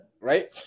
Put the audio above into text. right